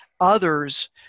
others